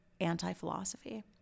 anti-philosophy